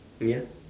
uh ya